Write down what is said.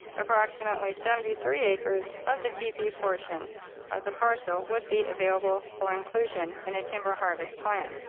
approximately seventy three acres of the tp portion of the parcel would be available for inclusion in a timber harvest plan.